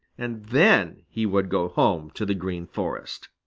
and then he would go home to the green forest.